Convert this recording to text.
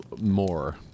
More